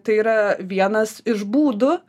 tai yra vienas iš būdų